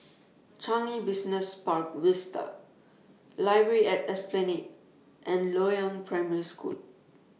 Changi Business Park Vista Library At Esplanade and Loyang Primary School